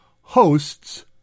hosts